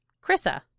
Krissa